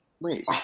Wait